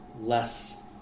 less